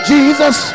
Jesus